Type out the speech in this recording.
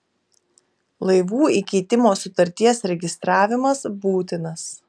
laivų įkeitimo sutarties registravimas būtinas